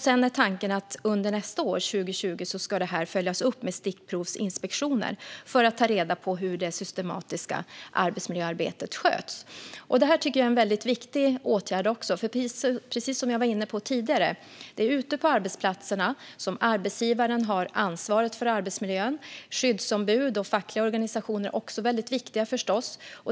Sedan är tanken att detta under 2020 ska följas upp med stickprovsinspektioner för att ta reda på hur det systematiska arbetsmiljöarbetet sköts. Detta tycker jag också är en viktig åtgärd. Som jag var inne på tidigare är det arbetsgivarna som har ansvaret för arbetsmiljön ute på arbetsplatserna. Skyddsombud och fackliga organisationer är förstås också väldigt viktiga.